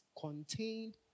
contained